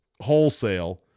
wholesale